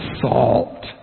salt